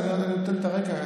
אני נותן את הרקע,